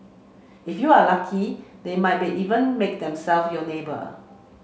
if you are lucky they might be even make themselves your neighbour